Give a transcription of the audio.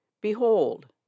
Behold